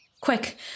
Quick